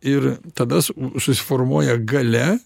ir tada susiformuoja galia